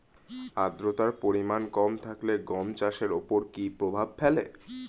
আদ্রতার পরিমাণ কম থাকলে গম চাষের ওপর কী প্রভাব ফেলে?